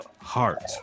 heart